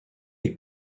les